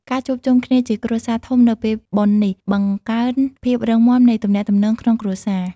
ការជួបជុំគ្នាជាគ្រួសារធំនៅពេលបុណ្យនេះ បង្កើនភាពរឹងមាំនៃទំនាក់ទំនងក្នុងគ្រួសារ។